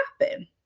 happen